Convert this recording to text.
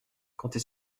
comptez